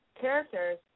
characters